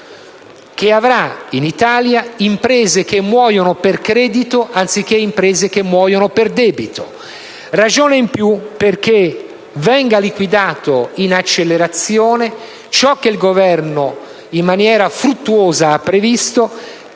cui ci sono imprese che muoiono per credito anziché imprese che muoiono per debito. Questa è una ragione in più perché venga liquidato, con un'accelerazione, ciò che il Governo, in maniera fruttuosa, ha previsto